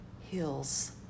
heals